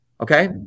okay